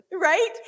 right